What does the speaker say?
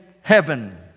heaven